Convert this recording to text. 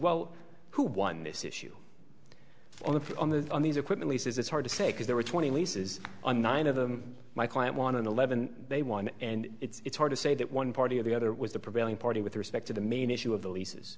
well who won this issue on the on the on these equipment leases it's hard to say because there were twenty leases on nine of them my client won eleven they won and it's hard to say that one party or the other was the prevailing party with respect to the main issue of the leases